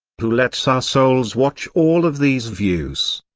who lets our souls watch all of these views?